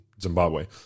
Zimbabwe